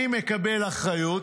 אני מקבל אחריות,